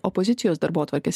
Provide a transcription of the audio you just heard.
opozicijos darbotvarkės